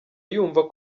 yumva